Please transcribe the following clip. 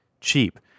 cheap